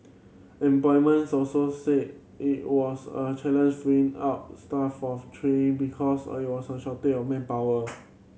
employments also said it was a challenge freeing up staff off training because a shortage of manpower